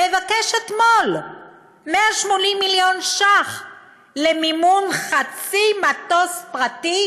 מבקש אתמול 180 מיליון ש"ח למימון חצי מטוס פרטי,